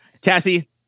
Cassie